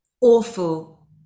Awful